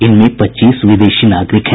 इनमें पच्चीस विदेशी नागरिक हैं